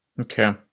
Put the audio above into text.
Okay